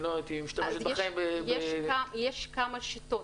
אני לא הייתי משתמשת בחיים -- אז יש כמה שיטות,